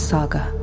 Saga